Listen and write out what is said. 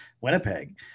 Winnipeg